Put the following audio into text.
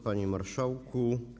Panie Marszałku!